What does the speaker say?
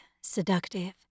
seductive